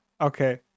okay